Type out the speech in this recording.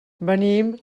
venim